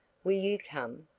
will you come?